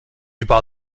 über